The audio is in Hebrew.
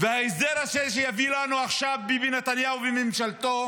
ההסדר הזה שיביא לנו עכשיו ביבי נתניהו וממשלתו,